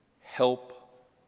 help